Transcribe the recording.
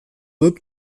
dut